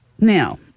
now